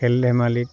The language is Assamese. খেল ধেমালিত